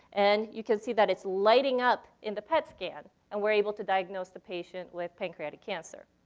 and you can see that it's lighting up in the pet scan and we're able to diagnose the patient with pancreatic cancer.